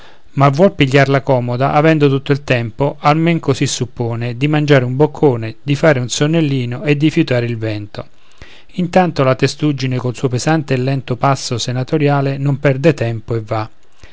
ma vuol pigliarla comoda avendo tutto il tempo almen così suppone di mangiare un boccone di fare un sonnellino e di fiutar il vento intanto la testuggine col suo pesante e lento passo senatoriale non perde tempo e va